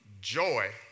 joy